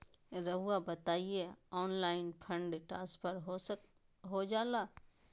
रहुआ बताइए online fund transfer हो जाला?